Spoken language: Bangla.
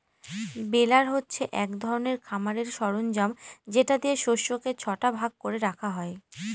বেলার হচ্ছে এক ধরনের খামারের সরঞ্জাম যেটা দিয়ে শস্যকে ছটা ভাগ করে রাখা হয়